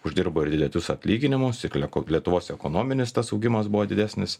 uždirba ir diletus atlyginimus ir kle lietuvos ekonominis tas augimas buvo didesnis